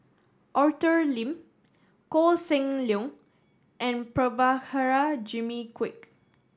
Arthur Lim Koh Seng Leong and Prabhakara Jimmy Quek